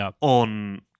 on